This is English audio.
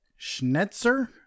Schnetzer